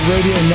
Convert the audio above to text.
Radio